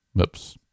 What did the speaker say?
Oops